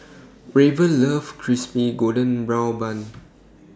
Raven loves Crispy Golden Brown Bun